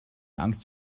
angst